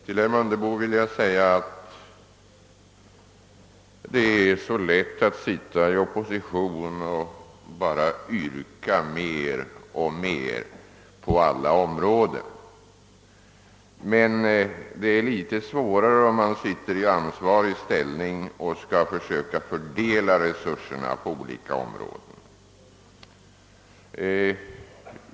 Till herr Mundebo vill jag säga att det är lätt att sitta i opposition och bara yrka på mer och mer pengar inom alla områden. Det är litet svårare om man sitter i ansvarig ställning och skall försöka att fördela resurserna på olika områden.